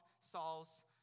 Saul's